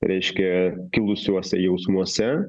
reiškia kilusiuose jausmuose